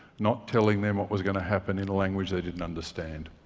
not telling them what was going to happen in a language they didn't understand.